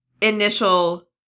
initial